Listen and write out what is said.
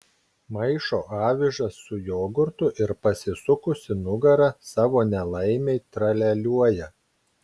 maišo avižas su jogurtu ir pasisukusi nugara savo nelaimei tralialiuoja